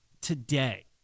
Today